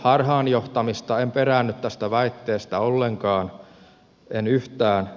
en peräänny tästä väitteestä ollenkaan en yhtään